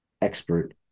expert